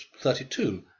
thirty-two